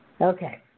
Okay